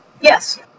Yes